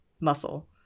Muscle